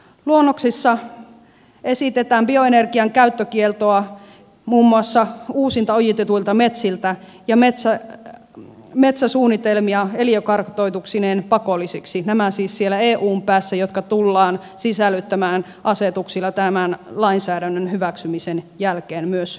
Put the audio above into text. luonnoksissa esitetään bioenergian käyttökieltoa muun muassa uusintaojitetuilta metsiltä ja metsäsuunnitelmia eliökartoituksineen pakollisiksi nämä siis siellä eun päässä jotka tullaan sisällyttämään asetuksilla tämän lainsäädännön hyväksymisen jälkeen myös suomeen